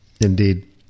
Indeed